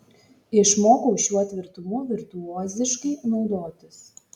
išmokau šiuo tvirtumu virtuoziškai naudotis